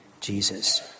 Jesus